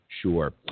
sure